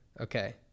Okay